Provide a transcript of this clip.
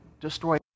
destroy